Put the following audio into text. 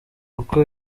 uko